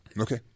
Okay